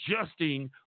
adjusting